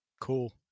Cool